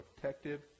protective